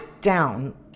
down